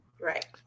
Right